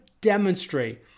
demonstrate